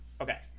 Okay